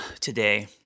today